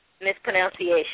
Mispronunciation